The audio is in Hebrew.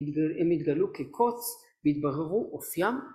‫הם יתגלו כקוץ והתבררו אופיים.